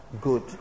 good